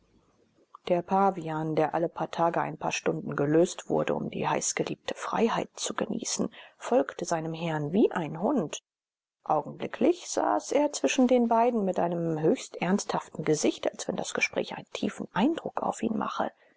der pavian der alle tage ein paar stunden gelöst wurde um die heißgeliebte freiheit zu genießen folgte seinem herrn wie ein hund augenblicklich saß er zwischen den beiden mit einem höchst ernsthaften gesicht als wenn das gespräch einen tiefen eindruck auf ihn mache